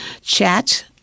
chat